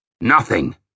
Nothing